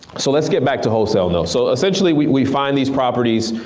so let's get back to wholesale now. so essentially we find these properties,